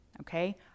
okay